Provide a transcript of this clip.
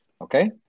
Okay